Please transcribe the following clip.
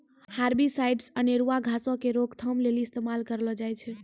herbicides अनेरुआ घासो के रोकथाम लेली इस्तेमाल करलो जाय छै